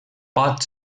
pot